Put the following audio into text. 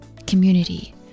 Community